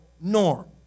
norm